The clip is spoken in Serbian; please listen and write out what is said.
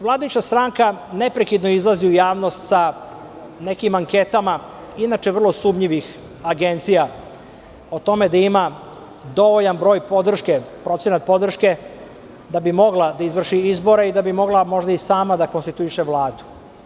Vladajuća stranka neprekidno izlazi u javnost sa nekim anketama, inače vrlo sumnjivih agencija o tome da ima dovoljan broj procenta podrške da bi mogla da izvrši izbore i da bi mogla možda i sama da konstituiše Vladu.